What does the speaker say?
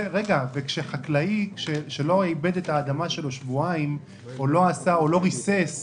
כשחקלאי לא עיבד את האדמה שלו שבועיים או לא ריסס